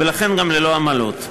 ולכן גם ללא עמלות.